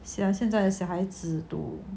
洗了现在的小孩子 too